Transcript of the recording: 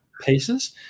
pieces